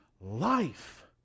life